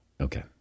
Okay